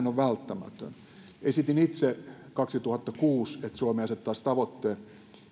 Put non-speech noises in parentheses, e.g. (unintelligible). (unintelligible) on välttämätön esitin itse kaksituhattakuusi että suomi asettaisi tavoitteen